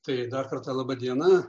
tai dar kartą laba diena